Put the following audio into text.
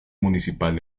municipal